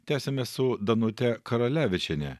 tęsiame su danute karalevičiene